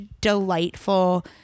delightful